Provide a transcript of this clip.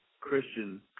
Christian